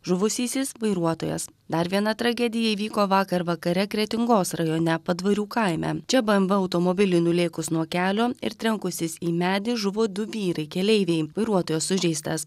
žuvusysis vairuotojas dar viena tragedija įvyko vakar vakare kretingos rajone padvarių kaime mes čia bmw automobiliui nulėkus nuo kelio ir trenkusis į medį žuvo du vyrai keleiviai vairuotojas sužeistas